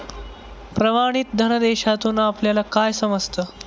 प्रमाणित धनादेशातून आपल्याला काय समजतं?